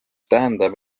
tähendab